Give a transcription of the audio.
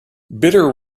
bitter